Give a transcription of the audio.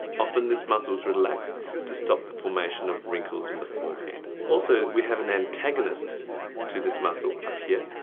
often this muscle is relaxed to stop the formation of wrinkles in the forehead. also, we have an antagonist to this muscle up here.